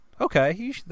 okay